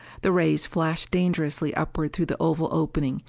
the rays flashed dangerously upward through the oval opening,